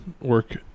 work